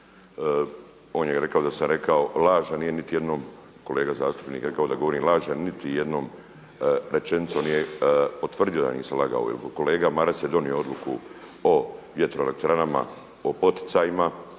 On je rekao da sam rekao laž, a nije niti jednom kolega zastupnik rekao da govorim laž, jer niti jednom rečenicom nije potvrdio da nisam lagao. Jer kolega Maras je donio odluku o vjetroelektranama, o poticajima.